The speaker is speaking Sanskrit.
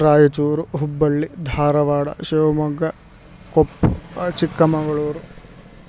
रायचूरु हुब्बल्ली धारवाडा शिवमोग्गा चिक्कमङ्गलूरु